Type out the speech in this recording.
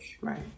right